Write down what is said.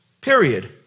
Period